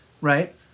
right